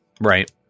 right